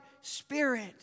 spirit